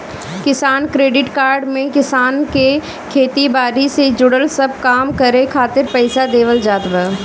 किसान credit card में किसान के खेती बारी से जुड़ल सब काम करे खातिर पईसा देवल जात बा